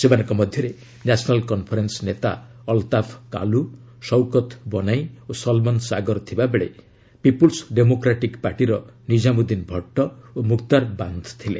ସେମାନଙ୍କ ମଧ୍ୟରେ ନ୍ୟାସନାଲ୍ କନ୍ଫରେନ୍ ନେତା ଅଲତାଫ କାଲୁ ସୌକତ ବନାଇ ଓ ସଲମନ ସାଗର ଥିବା ବେଳେ ପିପୁଲ୍ବ ଡେମୋକ୍ରାଟିକ୍ ପାର୍ଟିର ନିଜାମୁଦ୍ଦିନ୍ ଭଟ୍ଟ ଓ ମୁକ୍ତାର ବାନ୍ଧ ଥିଲେ